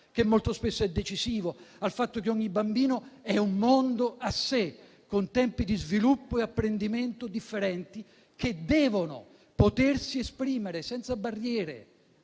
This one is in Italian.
che molto spesso è decisivo; attenta al fatto che ogni bambino è un mondo a sé, con tempi di sviluppo e apprendimento differenti che devono potersi esprimere senza barriere.